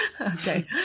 okay